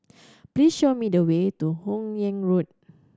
please show me the way to Hun Yeang Road